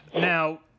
Now